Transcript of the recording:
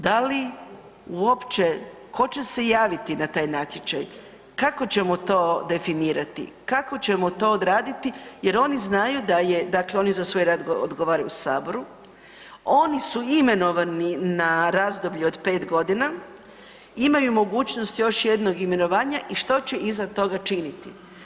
Da li uopće ko će se javiti na taj natječaj, kako ćemo to definirati, kako ćemo to odraditi jer oni znaju da je, dakle oni za svoj rad odgovaraju saboru, oni su imenovani na razdoblje od 5.g., imaju mogućnost još jednog imenovanja i što će iza toga činiti?